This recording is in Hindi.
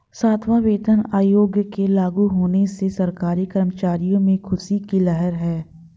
सातवां वेतन आयोग के लागू होने से सरकारी कर्मचारियों में ख़ुशी की लहर है